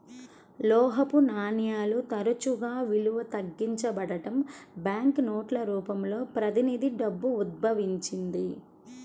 లోహపు నాణేలు తరచుగా విలువ తగ్గించబడటం, బ్యాంకు నోట్ల రూపంలో ప్రతినిధి డబ్బు ఉద్భవించింది